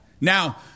Now